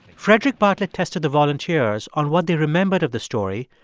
frederic bartlett tested the volunteers on what they remembered of the story,